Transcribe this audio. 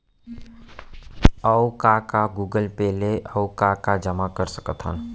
अऊ का का गूगल पे ले अऊ का का जामा कर सकथन?